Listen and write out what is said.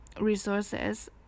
resources